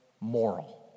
moral